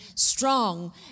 Strong